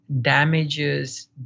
damages